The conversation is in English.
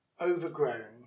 overgrown